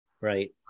right